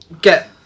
get